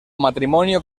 matrimonio